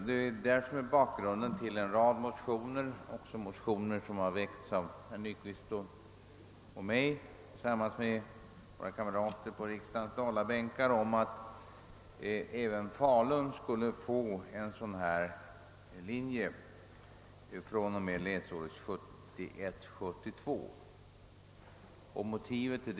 Detta är bakgrunden till ett par motioner som har väckts av herr Nyquist och mig tillsammans med kamraterna på riksdagens Dalabänkar, om att även Falun skulle få en musiklinje från och med läsåret 1971 /72.